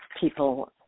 people